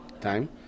time